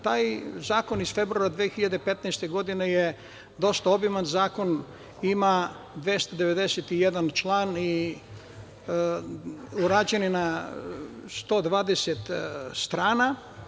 Taj zakon iz februara 2015. godine je dosta obiman zakon i ima 291 član i urađen je na 120 strana.